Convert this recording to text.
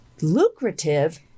lucrative